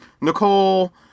Nicole